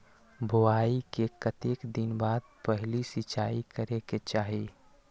बोआई के कतेक दिन बाद पहिला सिंचाई करे के चाही?